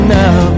now